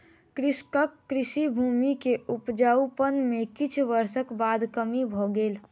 कृषकक कृषि भूमि के उपजाउपन में किछ वर्षक बाद कमी भ गेल